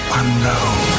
unknown